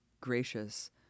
gracious